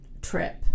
trip